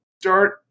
start